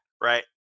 right